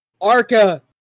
ARCA